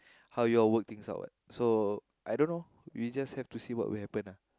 how you all work things out what so I don't know we just have to see what will happen ah